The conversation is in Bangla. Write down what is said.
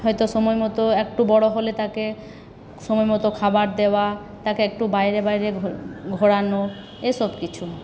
হয়তো সময়মতো আর একটু বড়ো হলে তাকে সময়মতো খাবার দেওয়া তাকে একটু বাইরে বাইরে ঘোরানো এসব কিছু